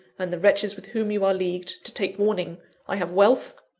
and the wretches with whom you are leagued, to take warning i have wealth,